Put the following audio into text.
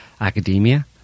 academia